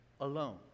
alone